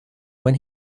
when